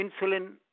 insulin